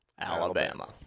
Alabama